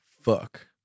Fuck